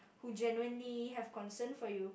who genuinely have concern for you